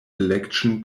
election